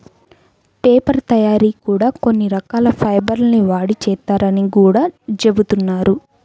paper తయ్యారీ కూడా కొన్ని రకాల ఫైబర్ ల్ని వాడి చేత్తారని గూడా జెబుతున్నారు